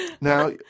Now